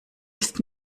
ist